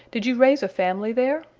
did you raise a family there?